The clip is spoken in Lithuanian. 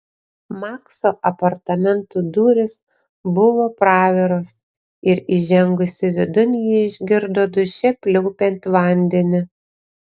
makso apartamentų durys buvo praviros ir įžengusi vidun ji išgirdo duše pliaupiant vandenį